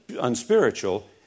unspiritual